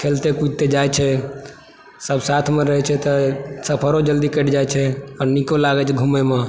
खेलते कूदते जाइ छै सब साथमे रहै छै तऽ सफर ओ जल्दी कटि जाइ छै आओर नीको लागै छै घुमय मे